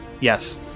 Yes